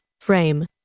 frame